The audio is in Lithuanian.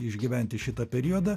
išgyventi šitą periodą